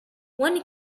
one